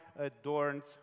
adorns